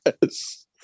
Yes